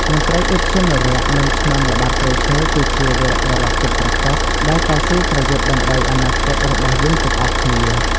មន្ត្រីឧទ្យានុរក្ស និងឆ្មាំល្បាតព្រៃឈើ គឺជា វីរបុរសពិតប្រាកដ ដែលតស៊ូប្រយុទ្ធដើម្បីអនាគតរបស់យើងទាំងអស់គ្នា។